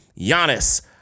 Giannis